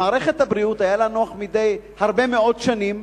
ומערכת הבריאות, היה לה נוח הרבה מאוד שנים,